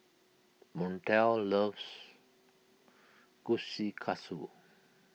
Montel loves Kushikatsu